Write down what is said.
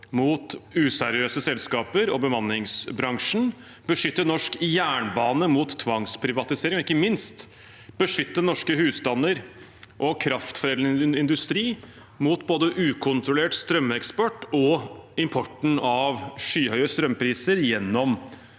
mot useriøse selskaper og bemanningsbransjen, beskytte norsk jernbane mot tvangsprivatisering og ikke minst beskytte norske husstander og kraftforedlende industri mot både ukontrollert strømeksport og import av skyhøye strømpriser gjennom